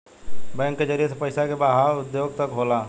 bank के जरिए से पइसा के बहाव उद्योग तक होला